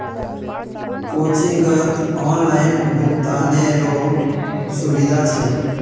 कोचिंगत ऑनलाइन भुक्तानेरो सुविधा छेक